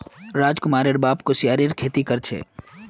राजकुमारेर बाप कुस्यारेर खेती कर छे